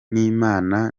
n’imana